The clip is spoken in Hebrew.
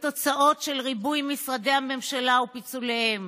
התוצאות של ריבוי משרדי הממשלה ופיצוליהם: